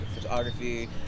photography